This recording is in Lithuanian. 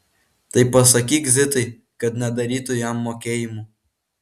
tai pasakyk zitai kad nedarytų jam mokėjimų